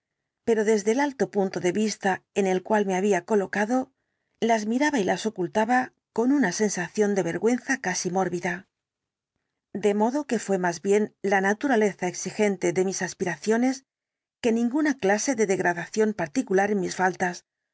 pero desde el alto punto de vista en el cual me había colocado las miraba y las ocultaba con una sensación de vergüenza casi mórbida de modo que fué más bien la naturaleza exigente de mis aspiraciones que ninguna clase de degradación particular en mis faltas